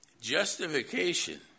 justification